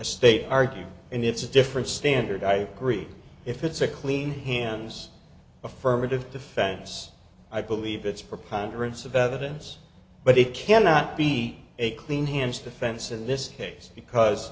state argued and it's a different standard i agree if it's a clean hands affirmative defense i believe it's preponderance of evidence but it cannot be a clean hands defense in this case because